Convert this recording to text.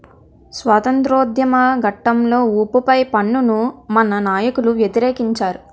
స్వాతంత్రోద్యమ ఘట్టంలో ఉప్పు పై పన్నును మన నాయకులు వ్యతిరేకించారు